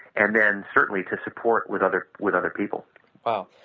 and then certainly to support with other with other people wow,